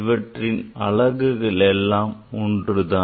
இவற்றின் அவகுகள் எல்லாம் ஒன்றுதான்